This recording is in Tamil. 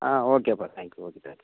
ஆ ஓகேப்பா தேங்க்யூ ஓகே தேங்க்ஸ்